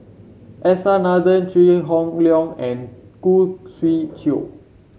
S R Nathan Chew Hock Leong and Khoo Swee Chiow